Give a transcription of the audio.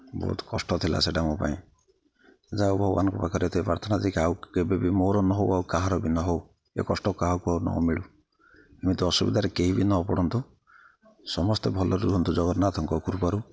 ବହୁତ କଷ୍ଟ ଥିଲା ସେଇଟା ମୋ ପାଇଁ ଯାହା ହେଉ ଭଗବାନଙ୍କ ପାଖରେ ଏତିକି ପ୍ରାର୍ଥନା ଯେ ଆଉ କେବେ ବି ମୋର ନ ହେଉ ଆଉ କାହାର ବି ନ ହେଉ ଏ କଷ୍ଟ କାହାକୁ ଆଉ ନ ମିଳୁ ଏମିତି ଅସୁବିଧାରେ କେହି ବି ନ ପଡ଼ନ୍ତୁ ସମସ୍ତେ ଭଲରେ ରୁହନ୍ତୁ ଜଗନ୍ନାଥଙ୍କ କୃପାରୁ